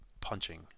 punching